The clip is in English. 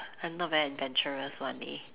I not very adventurous one leh